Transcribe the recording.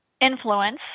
influence